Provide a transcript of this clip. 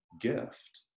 gift